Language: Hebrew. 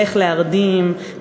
איך להרדים,